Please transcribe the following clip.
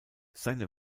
seine